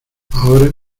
ahora